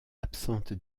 absente